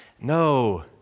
No